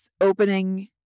opening